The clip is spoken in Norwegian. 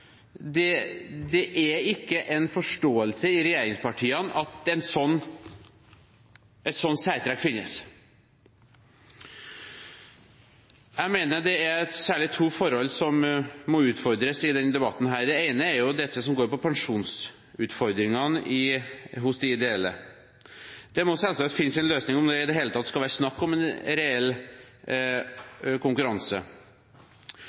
det ikke er en forståelse i regjeringspartiene for at et sånt særtrekk finnes. Jeg mener det er særlig to forhold som må utfordres i denne debatten. Det ene er det som går på pensjonsutfordringene hos de ideelle. Det må selvsagt finnes en løsning om det i det hele tatt skal være snakk om en reell